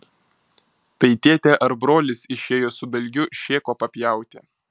tai tėtė ar brolis išėjo su dalgiu šėko papjauti